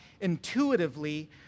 intuitively